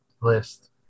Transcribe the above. list